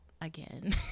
again